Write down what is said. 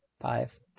five